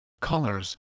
colors